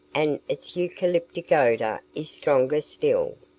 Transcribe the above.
and its eucalyptic odour is stronger still.